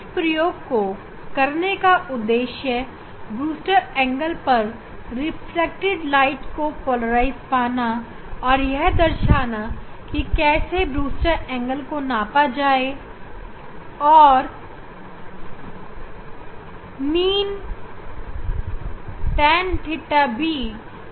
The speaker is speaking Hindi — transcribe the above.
इस प्रयोग करने का उद्देश्य ब्रूस्टर एंगल पर रिफ्लेक्टेड प्रकाश को पोलराइज पाना और कैसे बूस्टर एंगल को नापा जाए यह दिखाना है